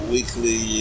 weekly